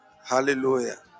Hallelujah